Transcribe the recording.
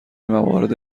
موارد